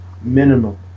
minimum